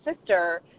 sister